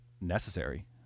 necessary